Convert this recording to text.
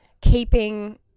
keeping